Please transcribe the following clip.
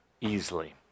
easily